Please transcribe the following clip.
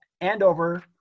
Andover